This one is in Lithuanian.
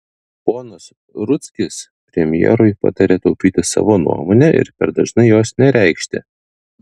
ponas rudzkis premjerui pataria taupyti savo nuomonę ir per dažnai jos nereikšti